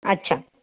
अच्छा